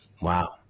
Wow